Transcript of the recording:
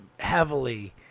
heavily